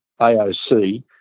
AOC